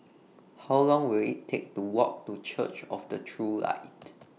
How Long Will IT Take to Walk to Church of The True Light